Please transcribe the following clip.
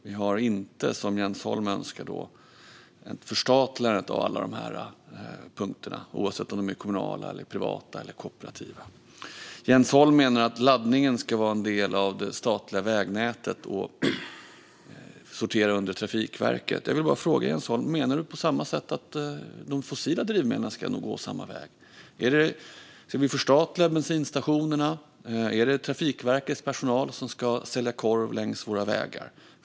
Vi överväger inte, som Jens Holm önskar, ett förstatligande av alla dessa punkter, oavsett om de är kommunala, privata eller kooperativa. Jens Holm menar att laddningen ska vara en del av det statliga vägnätet och sortera under Trafikverket. Jag vill fråga Jens Holm: Menar du på samma sätt att de fossila drivmedlen ska gå samma väg? Ska vi förstatliga bensinstationerna? Är det Trafikverkets personal som ska sälja korv längs våra vägar?